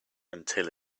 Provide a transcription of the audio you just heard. until